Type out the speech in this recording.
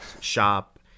shop